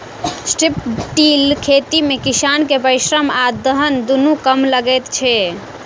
strip till खेती मे किसान के परिश्रम आ धन दुनू कम लगैत छै